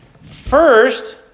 first